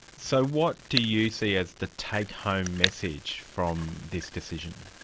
so what do you see as the take-home message from this decision?